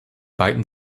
beiden